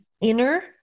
inner